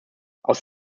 aus